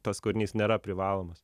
tas kūrinys nėra privalomas